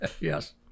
yes